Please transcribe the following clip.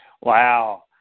wow